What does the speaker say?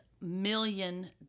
million